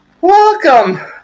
Welcome